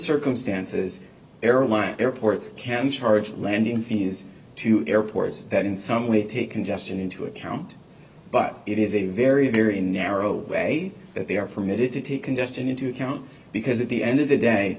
circumstances airline airports can charge landing fees to airports that in some way take congestion into account but it is a very very narrow way that they are permitted to conduct an into account because at the end of the day